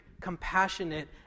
compassionate